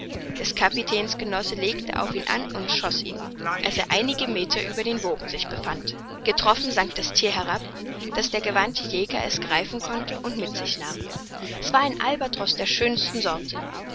des kapitäns genosse legte auf ihn an und schoß ihn als er einige meter über den wogen sich befand getroffen sank das thier herab daß der gewandte jäger es greifen konnte und mit sich nahm es war ein albatros der schönsten sorte